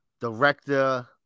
director